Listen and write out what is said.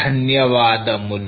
ధన్యవాదములు